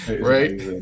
Right